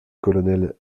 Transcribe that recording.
colonel